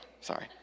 sorry